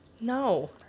No